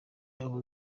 aho